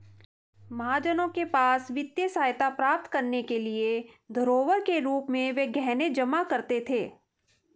महाजनों के पास वित्तीय सहायता प्राप्त करने के लिए धरोहर के रूप में वे गहने जमा करते थे